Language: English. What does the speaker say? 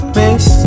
miss